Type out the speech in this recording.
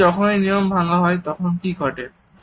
কিন্তু যখনই নিয়ম ভাঙা হয় তখন কি ঘটে